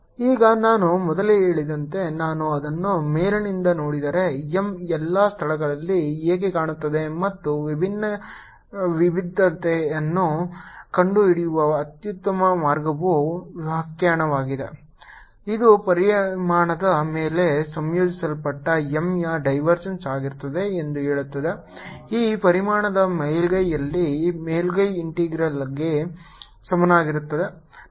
M ಈಗ ನಾನು ಮೊದಲೇ ಹೇಳಿದಂತೆ ನಾನು ಅದನ್ನು ಮೇಲಿನಿಂದ ನೋಡಿದರೆ M ಎಲ್ಲಾ ಸ್ಥಳಗಳಲ್ಲಿ ಹೇಗೆ ಕಾಣುತ್ತದೆ ಮತ್ತು ವಿಭಿನ್ನತೆಯನ್ನು ಕಂಡುಹಿಡಿಯುವ ಅತ್ಯುತ್ತಮ ಮಾರ್ಗವು ವ್ಯಾಖ್ಯಾನವಾಗಿದೆ ಇದು ಪರಿಮಾಣದ ಮೇಲೆ ಸಂಯೋಜಿಸಲ್ಪಟ್ಟ M ಯ ಡೈವರ್ಜೆನ್ಸ್ ಆಗಿರುತ್ತದೆ ಎಂದು ಹೇಳುತ್ತದೆ ಈ ಪರಿಮಾಣದ ಮೇಲ್ಮೈಯಲ್ಲಿ ಮೇಲ್ಮೈ ಇಂಟೆಗ್ರಲ್ಕ್ಕೆ ಸಮಾನವಾಗಿರುತ್ತದೆ